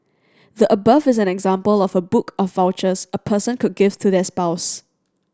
the above is an example of a book of vouchers a person could give to their spouse